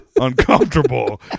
uncomfortable